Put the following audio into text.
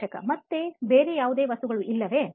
ಸಂದರ್ಶಕ ಮತ್ತು ಬೇರೆ ಯಾವುದೇ ವಸ್ತುಗಳು ಇಲ್ಲವೇ